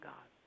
God